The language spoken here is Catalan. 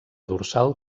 dorsal